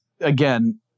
again